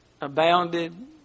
abounded